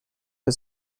for